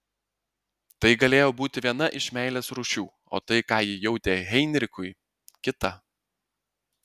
tai galėjo būti viena iš meilės rūšių o tai ką ji jautė heinrichui kita